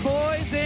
boys